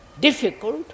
difficult